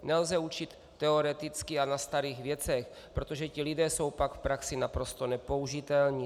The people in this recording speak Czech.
Nelze učit teoreticky a na starých věcech, protože ti lidé jsou pak v praxi naprosto nepoužitelní.